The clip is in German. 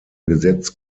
gesetz